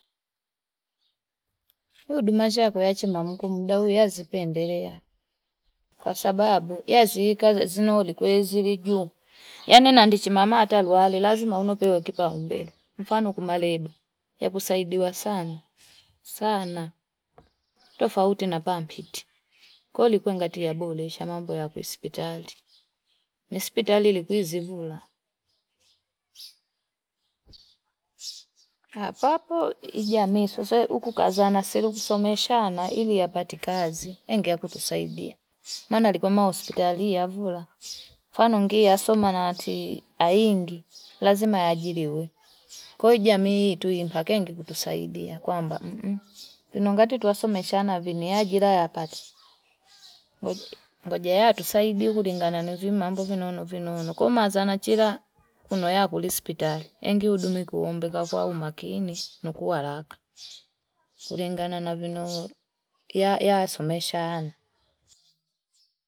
Huduma achima Mungu yazipendelea kwasababu yaazikazi zinoulikweli zili juu yan nandi chimamaa hata luale lazima unopewe kipaumbele mfano kumaleba yakusaidiwa sna sana sanaa tofauti na pampiti kwahiyo kungatia bo lesha mambo ya kusipitali likwizi vule kapapo ijamii huku kaazana kusomesana, ili yapati kazi, enge yangu tutuasaidia. Mana likoma hospitali, avula, mutanongia yasoma na nhanchi hai ingi. Lazima yaajiri we. kwahiyo jamii yetu impakengi kusuaidia. kwa ambaa mmm Sinongati uwenstuwa somesana, vini yaajiayapati. Ngoja tutusaidie, tartuhisi nalieri mambo vinono vinono kuma anza ya chira kunoyaki kuli hospitali. Engudumie kuombe kwakwa umakini nkualaka kulingana na vino yaa somesha ana.